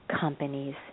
companies